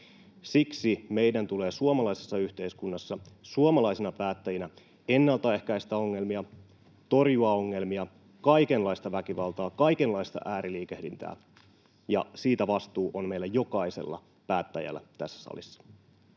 Siksi meidän tulee suomalaisessa yhteiskunnassa suomalaisina päättäjinä ennaltaehkäistä ongelmia, torjua ongelmia, kaikenlaista väkivaltaa, kaikenlaista ääriliikehdintää, ja siitä vastuu on meillä jokaisella päättäjällä tässä salissa.